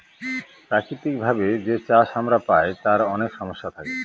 প্রাকৃতিক ভাবে যে চাষ আমরা পায় তার অনেক সমস্যা থাকে